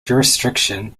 jurisdiction